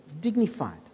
dignified